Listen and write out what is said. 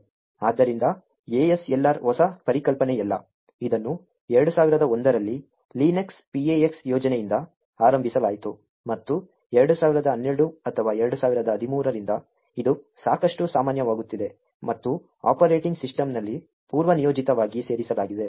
ಆದ್ದರಿಂದ ASLR ಹೊಸ ಪರಿಕಲ್ಪನೆಯಲ್ಲ ಇದನ್ನು 2001 ರಲ್ಲಿ ಲಿನಕ್ಸ್ PaX ಯೋಜನೆಯಿಂದ ಆರಂಭಿಸಲಾಯಿತು ಮತ್ತು 2012 ಅಥವಾ 2013 ರಿಂದ ಇದು ಸಾಕಷ್ಟು ಸಾಮಾನ್ಯವಾಗುತ್ತಿದೆ ಮತ್ತು ಆಪರೇಟಿಂಗ್ ಸಿಸ್ಟಂನಲ್ಲಿ ಪೂರ್ವನಿಯೋಜಿತವಾಗಿ ಸೇರಿಸಲಾಗಿದೆ